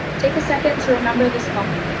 take a second to remember this moment.